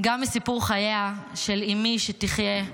מסיפור חייה של אימי, שתחיה,